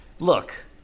Look